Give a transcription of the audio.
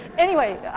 anyway,